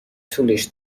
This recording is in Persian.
طولش